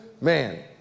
man